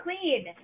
clean